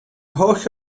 holl